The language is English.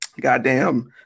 Goddamn